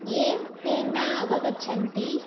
ये ते न अवगच्छन्ति